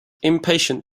impatient